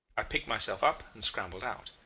i picked myself up and scrambled out.